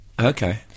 Okay